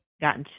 got